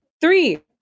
three